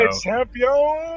Champion